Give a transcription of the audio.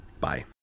Bye